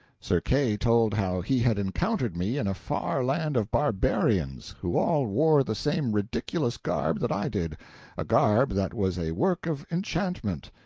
sir kay told how he had encountered me in a far land of barbarians, who all wore the same ridiculous garb that i did a garb that was a work of enchantment,